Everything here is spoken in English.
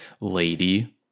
lady